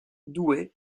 douai